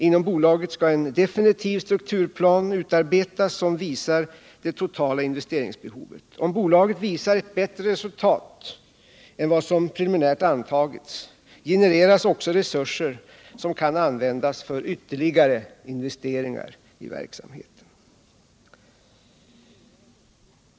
Inom bolaget skall en definitiv strukturplan utarbetas, som visar det totala investeringsbehovet. Om bolaget uppnår bättre resultat än vad som preliminärt antagits, genereras resurser som kan användas för ytterligare investeringar i verksamheten.